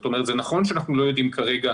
זאת אומרת, זה נכון שאנחנו לא יודעים כרגע